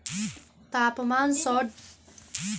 तापमान सौ डिग्री से अधिक होने पर पानी उबलने लगता है